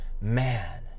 Man